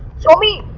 show me